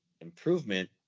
improvement